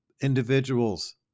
individuals